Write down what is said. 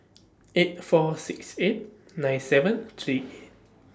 eight four six eight nine seven three eight